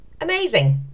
amazing